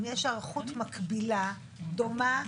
אם יש היערכות מקבילה דומה,